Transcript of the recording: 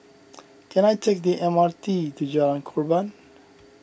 can I take the M R T to Jalan Korban